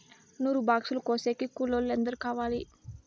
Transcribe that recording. నూరు బాక్సులు కోసేకి కూలోల్లు ఎందరు కావాలి?